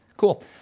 Cool